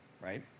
right